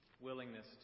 willingness